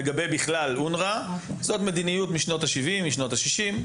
שלגבי אונר"א זאת מדיניות משנות ה-70 או שנות ה-60,